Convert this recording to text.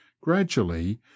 gradually